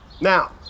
Now